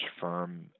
firm